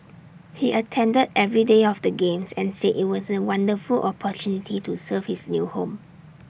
he attended every day of the games and said IT was A wonderful opportunity to serve his new home